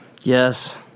Yes